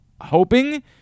hoping